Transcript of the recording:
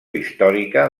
històrica